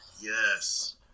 yes